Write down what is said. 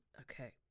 okay